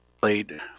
played